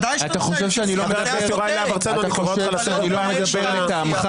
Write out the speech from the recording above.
אתה חושב שאני לא מדבר לטעמך